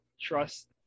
trust